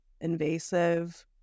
invasive